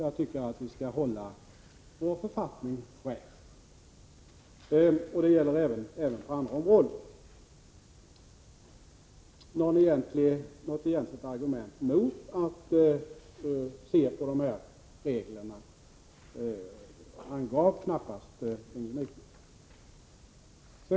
Jag tycker att vi skall hålla vår författning fräsch. Det gäller även på andra områden. Något egentligt argument mot att se över dessa regler angav Yngve Nyquist knappast.